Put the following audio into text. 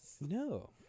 No